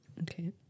Okay